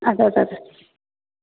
آدٕ حظ آدٕ